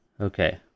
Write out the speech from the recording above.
Okay